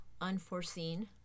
unforeseen